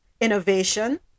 innovation